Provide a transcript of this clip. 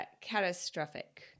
catastrophic